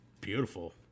beautiful